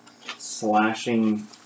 slashing